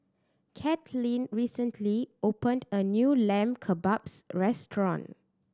Katlyn recently opened a new Lamb Kebabs Restaurant